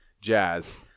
Jazz